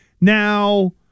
Now